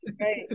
right